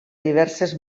diverses